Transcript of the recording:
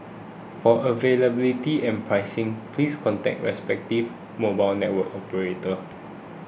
for availability and pricing please contact respective mobile network operators